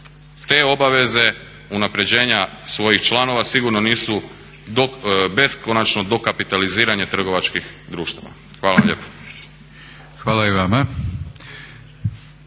te obaveze unapređenja svojih članova sigurno nisu beskonačno dokapitaliziranje trgovačkih društava. Hvala vam lijepo. **Batinić,